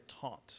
taunt